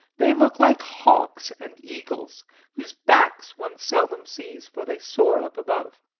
they look like hawks and eagles whose backs one seldom sees, for they soar up above.